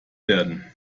werden